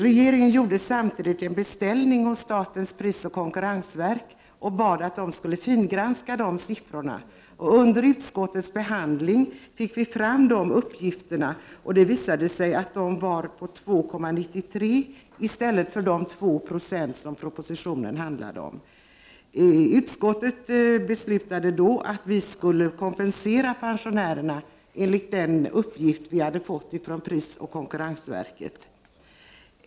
Regeringen gjorde samtidigt en beställning hos statens prisoch konkurrensverk och bad verket fingranska siffrorna. Under utskottsbehandlingen fick vi fram uppgifterna. Det visade sig att effekten på konsumentprisindexet var 2,93 Zo i stället för de 2 76 som det i propositionen talades om. Utskottet beslöt då att vi skulle föreslå kompensation till pensionärerna enligt den uppgift som vi hade fått från prisoch konkurrensverket.